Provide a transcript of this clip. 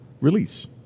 release